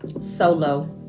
solo